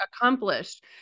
accomplished